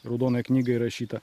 raudonąją knygą įrašyta